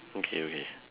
okay okay